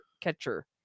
catcher